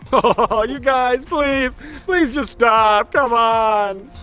oh you guys please, please just stop, come on!